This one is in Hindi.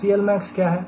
CLmax क्या है